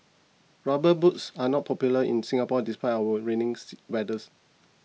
rubber boots are not popular in Singapore despite our rainy weathers